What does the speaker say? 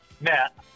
Matt